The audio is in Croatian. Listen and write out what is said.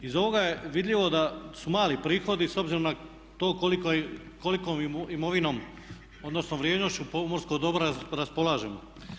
Iz ovoga je vidljivo da su mali prihodi s obzirom na tolikom imovinom odnosno vrijednošću pomorskog dobra raspolažemo.